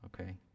okay